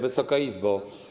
Wysoka Izbo!